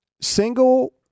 Single